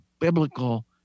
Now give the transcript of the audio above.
biblical